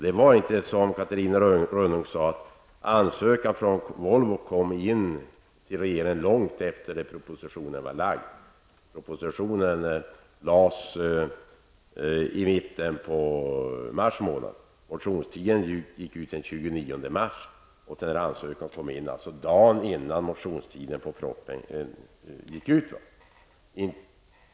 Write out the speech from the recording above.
Det var inte så, som Catarina Rönnung sade, att ansökan från Volvo kom in till regeringen långt efter det att propositionen hade lagts fram. Propositionen lades fram i mitten av mars. Motionstiden gick ut den 29 mars. Ansökan kom in dagen innan motionstiden gick ut.